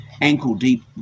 ankle-deep